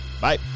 Bye